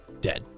dead